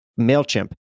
MailChimp